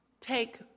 take